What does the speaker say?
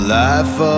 life